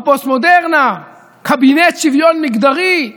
בפוסט-מודרנה, קבינט שוויון מגדרי,